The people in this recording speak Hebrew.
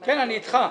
כן, אני איתך.